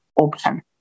option